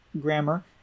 grammar